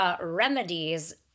remedies